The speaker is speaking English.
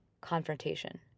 confrontation